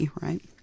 right